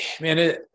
man